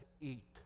eat